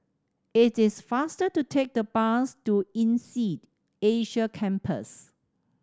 it is faster to take the bus to INSEAD Asia Campus